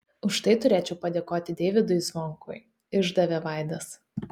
už tai turėčiau padėkoti deivydui zvonkui išdavė vaidas